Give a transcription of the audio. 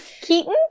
Keaton